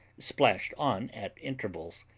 splashed on at intervals.